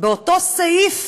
באותו סעיף